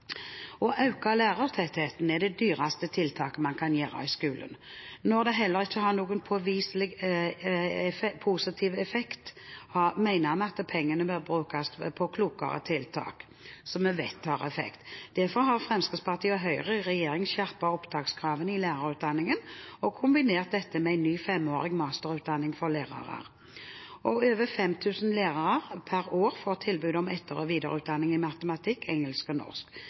Å øke lærertettheten er det dyreste tiltaket man kan gjøre i skolen. Når det heller ikke har gitt noen påviselig positiv effekt, mener vi pengene bør brukes på klokere tiltak som vi vet har effekt. Derfor har Fremskrittspartiet og Høyre i regjering skjerpet opptakskravene i lærerutdanningen, og kombinert dette med en ny femårig masterutdanning for lærere. Over 5 000 lærere per år får tilbud om etter- og videreutdanning i matematikk, engelsk og norsk.